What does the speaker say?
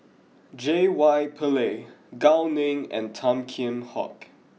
J Y Pillay Gao Ning and Tan Kheam Hock